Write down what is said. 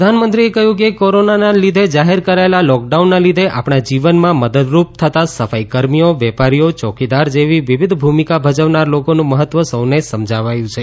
પ્રધાનમંત્રીએ કહ્યું કે કોરોનાના લીધે જાહેર કરાયેલા લોકડાઉનના લીધે આપણા જીવનમાં મદદરૂપ થતાં સફાઇ કર્મીઓ વેપારીઓ સિક્વુરીટી ગાર્ડઝ જેવી વિવિધ ભૂમિકા ભજવનાર લોકોનું મહત્વ સહુને સમજાવ્યું છે